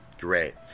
great